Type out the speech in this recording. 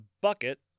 bucket